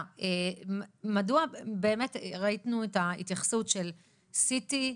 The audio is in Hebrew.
ראינו את ההתייחסות של CT,